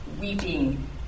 weeping